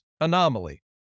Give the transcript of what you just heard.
anomaly